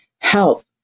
help